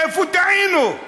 איפה טעינו.